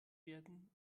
werden